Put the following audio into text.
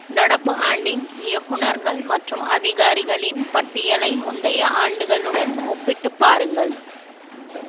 நடப்பு ஆண்டின் இயக்குநர்கள் மற்றும் அதிகாரிகளின் பட்டியலை முந்தைய ஆண்டுகளுடன் ஒப்பிட்டுப் பாருங்கள்